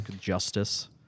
Justice